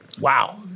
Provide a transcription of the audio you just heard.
Wow